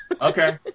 Okay